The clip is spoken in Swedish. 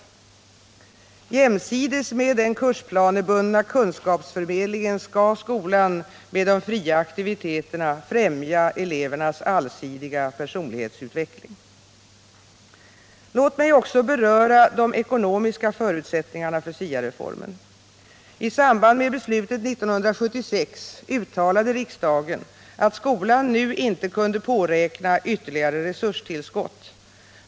Jämsides med den kursbundna kunskapsförmedlingen skall skolan med de fria aktiviteterna främja elevernas allsidiga personlighetsutveckling. Låt mig också beröra de ekonomiska förutsättningarna för SIA-reformen. I samband med beslutet 1976 uttalade riksdagen att skolan nu inte kunde påräkna ytterligare resurstillskott.